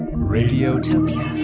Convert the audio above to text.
radiotopia